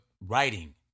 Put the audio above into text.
writing